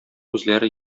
үзләре